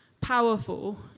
powerful